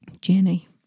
Jenny